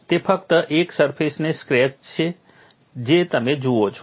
તે ફક્ત એક સરફેસનો સ્ક્રેચ છે જે તમે જુઓ છો